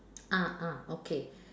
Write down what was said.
ah ah okay